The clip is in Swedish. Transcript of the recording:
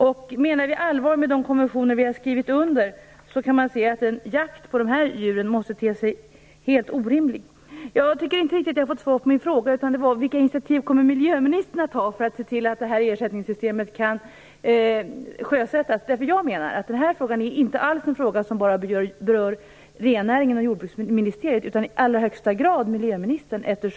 Om vi menar allvar med de konventioner vi har skrivit under måste vi säga att jakt på dessa djur ter sig helt orimlig. Jag tycker inte att jag har fått något riktigt svar på min fråga, som var vilka initiativ miljöministern kommer att ta för att se till att det här ersättningssystemet kan sjösättas. Det här är inte alls en fråga som bara berör renägarna och Jordbruksdepartementet, utan den berör i allra högsta grad också miljöministern.